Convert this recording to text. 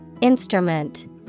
Instrument